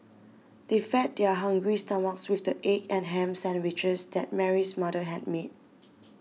they fed their hungry stomachs with the egg and ham sandwiches that Mary's mother had made